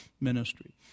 ministry